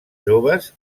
joves